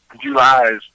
July